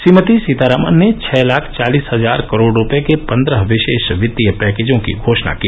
श्रीमती सीतारामन ने छह लाख चालीस हजार करोड़ रुपए के पन्द्रह विशेष वित्तीय पैकेजों की घोषणा की